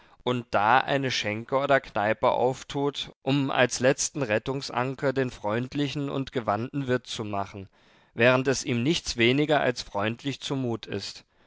und da eine schenke oder kneipe auftut um als letzten rettungsanker den freundlichen und gewandten wirt zu machen während es ihm nichts weniger als freundlich zumut ist